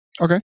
Okay